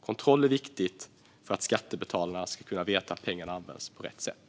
Det är viktigt med kontroll för att skattebetalarna ska kunna veta att pengarna används på rätt sätt.